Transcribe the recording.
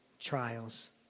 trials